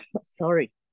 Sorry